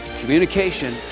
communication